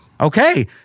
Okay